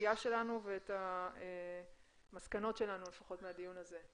הציפיה שלנו ואת המסקנות שלנו לפחות מהדיון הזה.